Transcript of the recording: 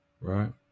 right